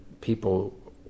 people